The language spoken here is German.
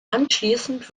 anschließend